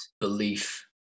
belief